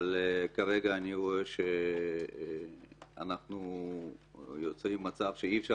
כרגע אני רואה שאנחנו יוצרים מצב שאי אפשר